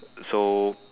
so